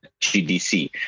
GDC